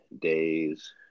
days